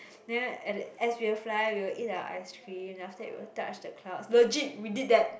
then at the as we will fly we will eat the ice cream then after we will touch the clouds legit we did that